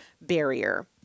barrier